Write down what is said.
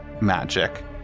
magic